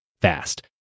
fast